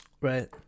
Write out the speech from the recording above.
right